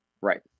right